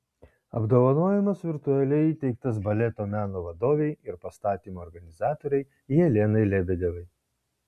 apdovanojimas virtualiai įteiktas baleto meno vadovei ir pastatymų organizatorei jelenai lebedevai